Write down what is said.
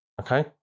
okay